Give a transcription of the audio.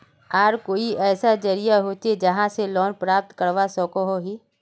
आर कोई ऐसा जरिया होचे जहा से लोन प्राप्त करवा सकोहो ही?